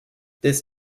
this